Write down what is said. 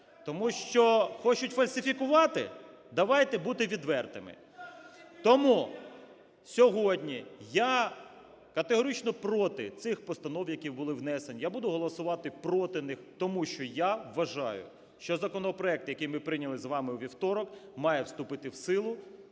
Тому що хочуть фальсифікувати, давайте бути відвертими. Тому сьогодні я категорично проти цих постанов, які були внесені. Я буду голосувати проти них. Тому що я вважаю, що законопроект, який ми прийняли з вами у вівторок, має вступити в силу.